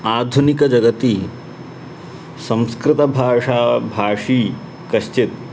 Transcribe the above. आधुनिकजगति संस्कृतभाषाभाषी कश्चित्